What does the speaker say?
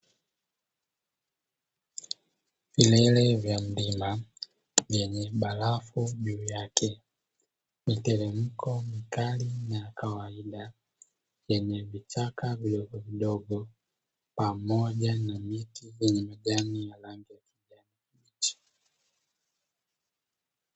Vilele vya mlima vyenye barafu juu yake, miteremko mikali na ya kawaida yenye vichaka vidogo vidogo pamoja na miti yenye majani yenye rangi ya kijani.